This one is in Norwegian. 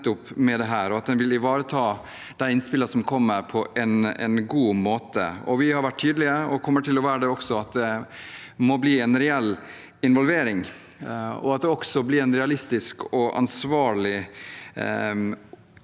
og at en vil ivareta de innspillene som kommer, på en god måte. Vi har vært tydelige, og kommer til å være det også, på at det må bli en reell involvering, og at det også blir en realistisk og ansvarlig